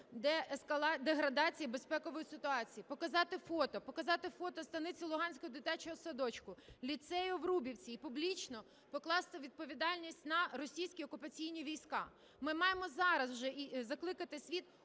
щодо деградації безпекової ситуації, показати фото, показати фото Станиці Луганської дитячого садочку, ліцею у Врубівці і публічно покласти відповідальність на російські окупаційні війська. Ми маємо зараз вже закликати світ